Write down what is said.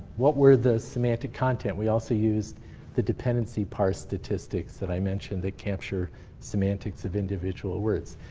what were the semantic content? we also used the dependency parse statistics that i mentioned that capture semantics of individual words.